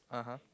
(uh huh)